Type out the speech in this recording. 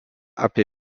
apie